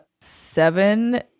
seven